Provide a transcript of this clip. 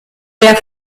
eher